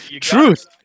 truth